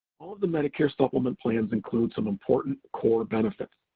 all of the medicare supplement plans include some important core benefits,